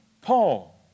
Paul